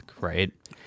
right